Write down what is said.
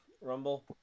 Rumble